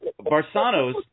Barsano's